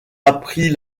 appris